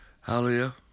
Hallelujah